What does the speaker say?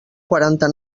quaranta